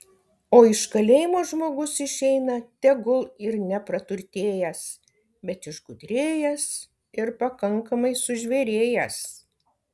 o iš kalėjimo žmogus išeina tegul ir nepraturtėjęs bet išgudrėjęs ir pakankamai sužvėrėjęs